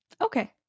okay